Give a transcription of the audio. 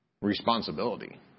Responsibility